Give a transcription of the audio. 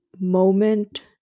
moment